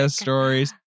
stories